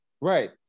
Right